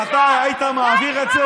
אתה לפיד, אתה בנט, אתה היית מעביר את זה?